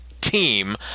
team